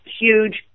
huge